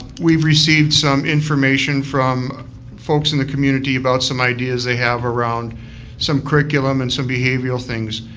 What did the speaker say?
we've received some information from folks in the community about some ideas they have around some curriculum and some behavioral things.